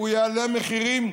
הוא יעלה מחירים.